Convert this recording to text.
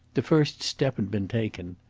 the first step had been taken.